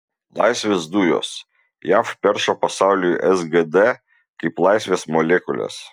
laisvės dujos jav perša pasauliui sgd kaip laisvės molekules